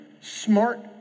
smart